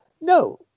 No